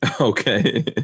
Okay